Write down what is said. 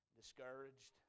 discouraged